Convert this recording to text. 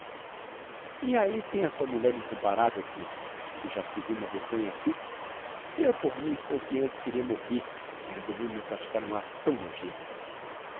e ahi tem a sua mulher incomparavel principe se já se viu uma vergonha assim eu por mim estou que antes queria morrer do que resolver-me a praticar um acto tão nojento